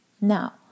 Now